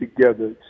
together